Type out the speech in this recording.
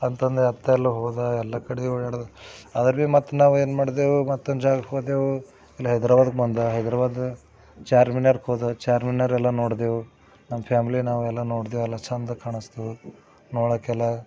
ಅಂತಂದು ಅತ್ತ ಎಲ್ಲ ಹೋದಾಗ ಎಲ್ಲ ಕಡೆ ಓಡಾಡಿದೆ ಆದರೂ ಭೀ ಮತ್ತು ನಾವು ಏನು ಮಾಡಿದೆವು ಮತ್ತೊಂದು ಜಾಗಕ್ಕೆ ಹೋದೆವು ಇಲ್ಲಿ ಹೈದ್ರಾಬಾದಿಗೆ ಬಂದೆ ಹೈದರಾಬಾದು ಚಾರ್ಮಿನಾರ್ಗೆ ಹೋದೆವು ಚಾರ್ಮಿನಾರ್ ಎಲ್ಲ ನೋಡಿದೆವು ನಮ್ಮ ಫ್ಯಾಮ್ಲಿ ನಾವೆಲ್ಲ ನೋಡಿದೆವು ಎಲ್ಲ ಚೆಂದ ಕಾಣಿಸ್ತು ನೋಡೋಕ್ಕೆಲ್ಲ